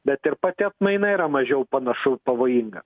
bet ir pati atmaina yra mažiau panašu pavojinga